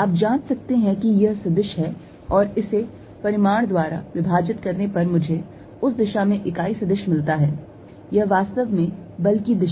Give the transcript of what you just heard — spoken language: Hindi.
आप जांच सकते हैं कि यह सदिश है और इसे परिमाण द्वारा विभाजित करने पर मुझे उस दिशा में इकाई सदिश मिलता है यह वास्तव में बल की दिशा है